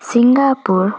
Singapore